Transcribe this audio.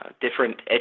different